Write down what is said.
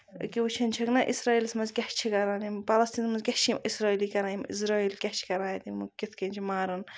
أکیاہ وٕچھان چھَکھ نہ اِسرٲیلَس منٛز کیاہ چھِ کران یِم پلَستیٖنَس منٛز کیاہ چھِ یِم اسرٲیلٕکۍ کران یِم اِظرٲیِل کیاہ چھِ کران یِم کِتھۍ کٔنۍ چھِ ماران